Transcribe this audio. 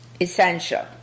essential